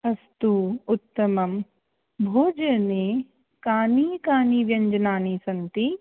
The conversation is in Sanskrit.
अस्तु उत्तमं भोजने कानि कानि व्यञ्जनानि सन्ति